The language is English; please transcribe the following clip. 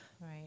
Right